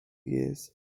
years